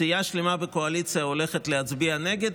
סיעה שלמה בקואליציה הולכת להצביע נגד,